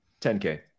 10k